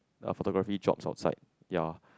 photography jobs outside ya